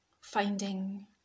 finding